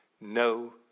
no